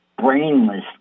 brainless